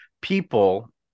people